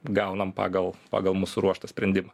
gaunam pagal pagal mus suruoštą sprendimą